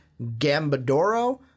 Gambadoro